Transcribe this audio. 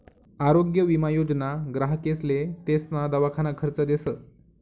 आरोग्य विमा योजना ग्राहकेसले तेसना दवाखाना खर्च देस